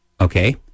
okay